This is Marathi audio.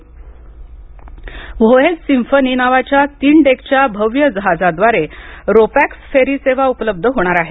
व्होएज सिम्फनी नावाच्या तीन डेकच्या भव्य जहाजाद्वारे रोपॅक्स फेरीसेवा उपलब्ध होणार आहे